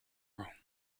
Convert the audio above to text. room